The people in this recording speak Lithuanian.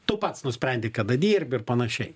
tu pats nusprendi kada dirbi ir panašiai